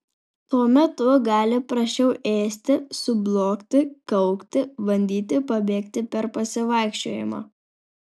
tuo metu gali prasčiau ėsti sublogti kaukti bandyti pabėgti per pasivaikščiojimą